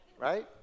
Right